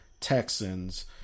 Texans